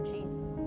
Jesus